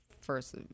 First